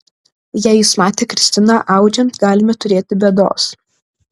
jei jis matė kristiną audžiant galime turėti bėdos